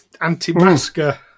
anti-masker